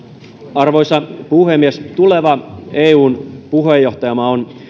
arvoisa puhemies tuleva eun puheenjohtajamaa on